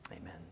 Amen